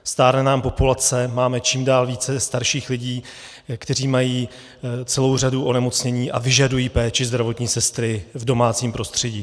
Stárne nám populace, máme čím dál více starších lidí, kteří mají celou řadu onemocnění a vyžadují péči zdravotní sestry v domácím prostředí.